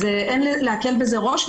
אין להקל בזה ראש,